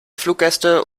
fluggäste